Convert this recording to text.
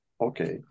okay